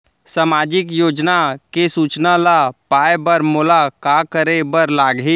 सामाजिक योजना के सूचना ल पाए बर मोला का करे बर लागही?